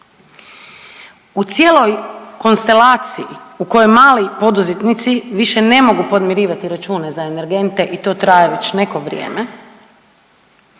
U cijeloj konstelaciji u kojoj mali poduzetnici više ne mogu podmirivati račune za energente i to traje već neko vrijeme